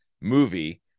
movie